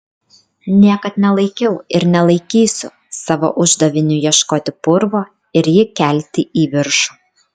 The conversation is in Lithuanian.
niekad nelaikiau ir nelaikysiu savo uždaviniu ieškoti purvo ir jį kelti į viršų